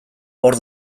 hor